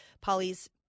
Polly's